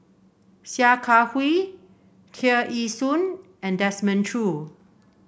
Sia Kah Hui Tear Ee Soon and Desmond Choo